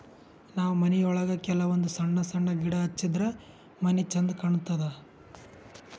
ನಾವ್ ಮನಿಯೊಳಗ ಕೆಲವಂದ್ ಸಣ್ಣ ಸಣ್ಣ ಗಿಡ ಹಚ್ಚಿದ್ರ ಮನಿ ಛಂದ್ ಕಾಣತದ್